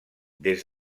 des